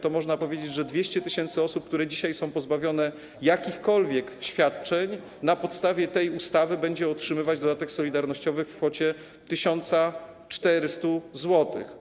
To można powiedzieć, że 200 tys. osób, które dzisiaj są pozbawione jakichkolwiek świadczeń, na podstawie tej ustawy będzie otrzymywać dodatek solidarnościowy w kwocie 1400 zł.